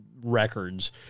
records